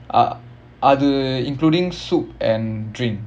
ah ah the including soup and drink